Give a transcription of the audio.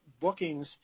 bookings